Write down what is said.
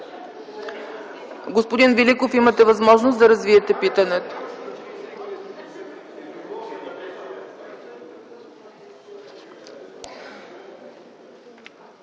Господин Агов, имате възможност да развиете питането.